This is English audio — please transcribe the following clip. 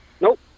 Nope